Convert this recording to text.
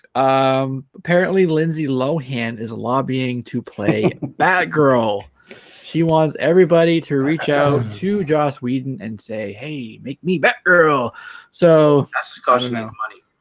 um apparently lindsay lohan is lobbying to play batgirl she wants everybody to reach out, to joss whedon and say hey make me batgirl so gosh, no money